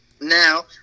now